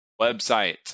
website